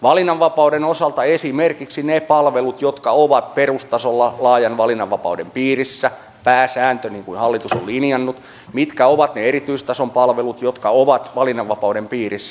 valinnanvapauden osalta esimerkiksi ne palvelut jotka ovat perustasolla laajan valinnanvapauden piirissä pääsääntö niin kuin hallitus on linjannut mitkä ovat ne erityistason palvelut jotka ovat valinnanvapauden piirissä